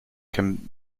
can